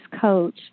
coach